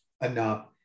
enough